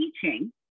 teaching